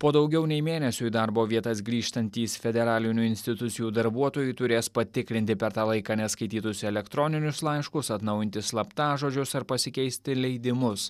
po daugiau nei mėnesio į darbo vietas grįžtantys federalinių institucijų darbuotojai turės patikrinti per tą laiką neskaitytus elektroninius laiškus atnaujinti slaptažodžius ar pasikeisti leidimus